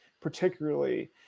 particularly